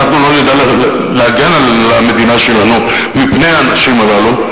ואנחנו לא נדע להגן על המדינה שלנו מפני האנשים הללו,